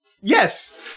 Yes